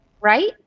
Right